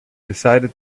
decided